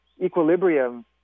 equilibrium